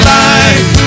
life